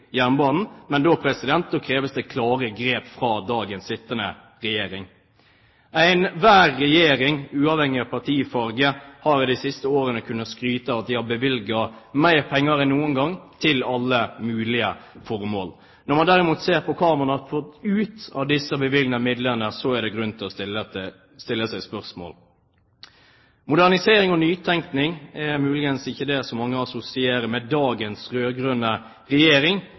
jernbanen, men da kreves det klare grep fra dagens sittende regjering. Enhver regjering, uavhengig av partifarge, har de siste årene kunnet skryte av at de har bevilget mer penger enn noen gang til alle mulige formål. Når man derimot ser på hva man har fått ut av disse bevilgede midlene, er det grunn til å stille seg spørsmål. Modernisering og nytenkning er muligens ikke det som mange assosierer med dagens rød-grønne regjering,